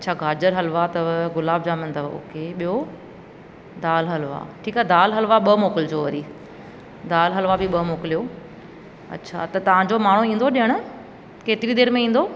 अच्छा गाजर हलुवा अथव गुलाब जामुन अथव ओके ॿियो दाल हलुवा ठीकु आहे दाल हलुवा ॿ मोकिलिजो वरी दाल हलुवा बि ॿ मोकिलियो अच्छा त तव्हांजो माण्हू ईंदो ॾियणु केतिरी देरि में ईंदो